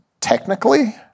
technically